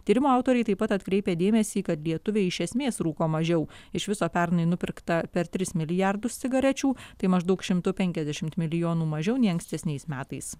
tyrimo autoriai taip pat atkreipia dėmesį kad lietuviai iš esmės rūko mažiau iš viso pernai nupirkta per tris milijardus cigarečių tai maždaug šimtu penkiasdešim milijonų mažiau nei ankstesniais metais